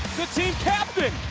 the team captain!